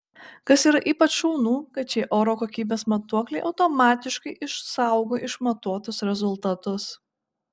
kas yra ypač šaunu kad šie oro kokybės matuokliai automatiškai išsaugo išmatuotus rezultatus